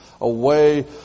away